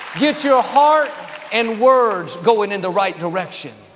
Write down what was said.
get your heart and words going in the right direction.